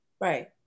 Right